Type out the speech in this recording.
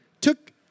took